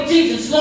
Jesus